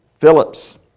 Phillips